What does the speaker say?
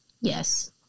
Yes